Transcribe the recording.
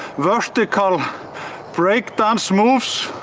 vertical break dance moves.